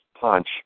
punch